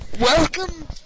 welcome